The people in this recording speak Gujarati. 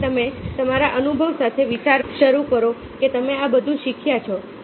તેથી તમે તમારા અનુભવ સાથે વિચારવાનું શરૂ કરો કે તમે આ બધું શું શીખ્યા છો